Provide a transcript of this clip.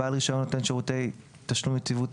בעל רישיון נותן שירותי תשלום יציבותי